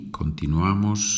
continuamos